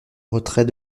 retrait